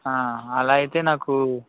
ఆ అలా అయితే నాకు